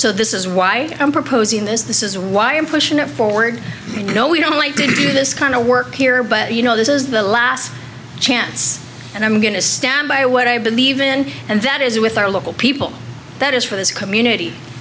so this is why i'm proposing this this is why i'm pushing forward you know we don't like to do this kind of work here but you know this is the last aunts and i'm going to stand by what i believe in and that is with our local people that is for this community